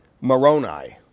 Moroni